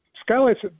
skylights